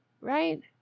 right